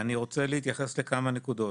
אני רוצה להתייחס לכמה נקודות.